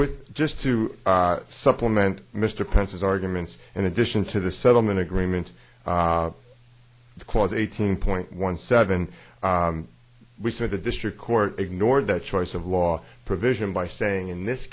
with just to supplement mr pence's arguments in addition to the settlement agreement because eighteen point one seven we said the district court ignored that choice of law provision by saying in this